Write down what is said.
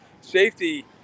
safety